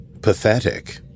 pathetic